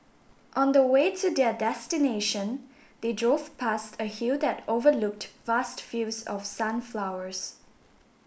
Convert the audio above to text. on the way to their destination they drove past a hill that overlooked vast fields of sunflowers